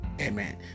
Amen